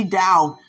down